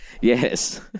Yes